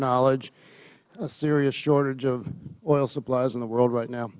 knowledge a serious shortage of oil supplies in the world right now